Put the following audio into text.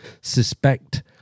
suspect